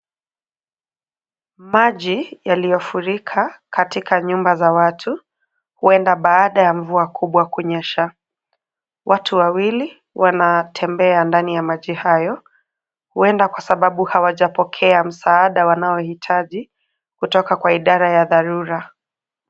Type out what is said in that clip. Maji yaliyofurika katika nyumba za watu huenda baada ya mvua kubwa kunyesha. Watu wawili wanatembea ndani ya maji hayo, huenda kwa sababu hawajapokea msaada wanaohitaji kutoka kwa idara ya dharura.